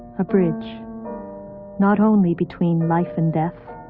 a bridge not only between life and death,